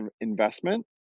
investment